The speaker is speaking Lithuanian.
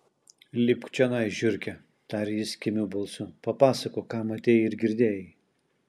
lipk čionai žiurke tarė jis kimiu balsu papasakok ką matei ir girdėjai